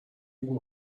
اون